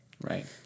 Right